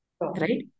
right